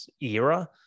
era